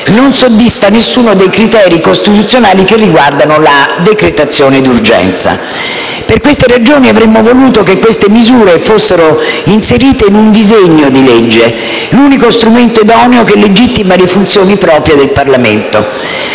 non soddisfi nessuno dei criteri costituzionali che riguardano la decretazione di urgenza. Per queste ragioni avremmo voluto che queste misure fossero inserite in un disegno di legge, l'unico strumento idoneo che legittima le funzioni proprie del Parlamento.